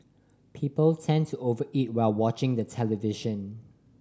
people tend to over eat while watching the television